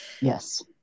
Yes